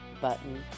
button